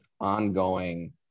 ongoing